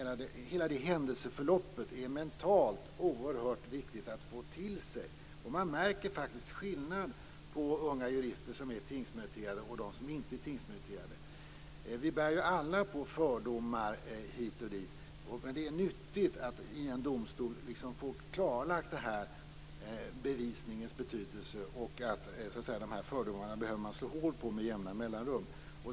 Hela det händelseförloppet är mentalt oerhört viktigt att få till sig. Man märker skillnad på unga jurister som är tingsmeriterade och dem som inte är det. Vi bär alla på fördomar hit och dit, och det är nyttigt att i en domstol få klarlagt bevisningens betydelse. Fördomarna behöver man slå hål på med jämna mellanrum.